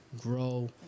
grow